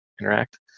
interact